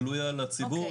גלויה לציבור,